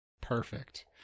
Perfect